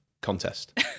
contest